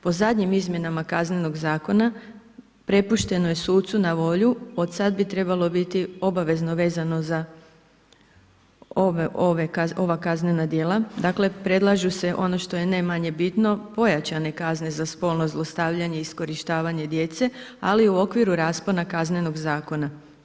Po zadnjim izmjenama KZ-a prepušteno je sucu na volju, od sad bi trebalo biti obavezno vezano za ova kaznena djela, dakle predlažu se ono što je ne manje bitno, pojačane kazne za spolno zlostavljanje i iskorištavanje djece ali u okviru raspona KZ-a.